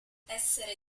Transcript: essere